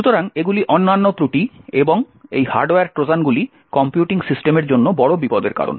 সুতরাং এগুলি অন্যান্য ত্রুটি এবং এই হার্ডওয়্যার ট্রোজানগুলি কম্পিউটিং সিস্টেমের জন্য বড় বিপদের কারণ